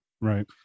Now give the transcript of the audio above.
right